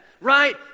right